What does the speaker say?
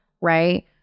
Right